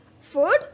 food